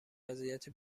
وضعیت